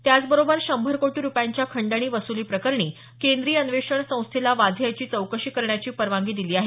त्याचबरोबर शंभर कोटी रुपयांच्या खंडणी वसुली प्रकरणी केंद्रीय अन्वेषण संस्थेला वाझे याची चौकशी करण्याची परवानगी दिली आहे